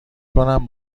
کنم